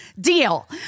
deal